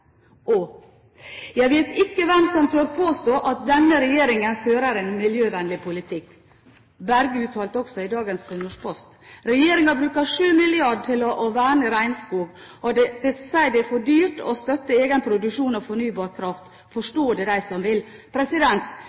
Og: «Jeg vet ikke hvem som tør å påstå at denne regjeringen fører en miljøvennlig politikk.» Berge uttalte også i dagens utgave av Sunnmørsposten følgende: «Regjeringen bruker 7 milliarder til å verne regnskog, men de sier det er for dyrt å støtte egen produksjon av fornybar kraft. Forstå det den som vil.»